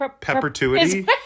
Perpetuity